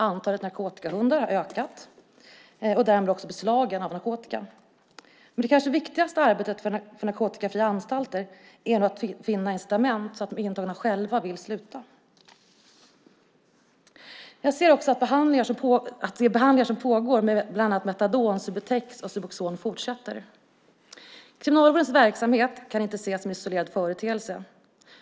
Antalet narkotikahundar har ökat och därmed också beslagen av narkotika. Men det kanske viktigaste arbetet för narkotikafria anstalter är att finna incitament så att de intagna själva vill sluta. Jag ser också gärna att de behandlingar som pågår med bland annat Metadon, Subutex och Subuxone fortsätter. Kriminalvårdens verksamhet kan inte ses som en isolerad företeelse.